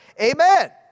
Amen